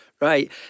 right